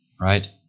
right